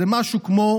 זה משהו כמו